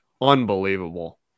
Unbelievable